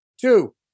Two